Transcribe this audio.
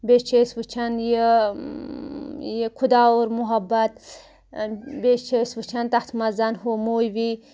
بیٚیہِ چھ أسۍ وٕچھان یہِ یہِ خُدا اور مُحبت بیٚیہِ چھِ أسۍ وٕچھان تتھ مَنز ہُہ موٗوی